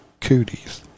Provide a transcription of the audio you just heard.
cooties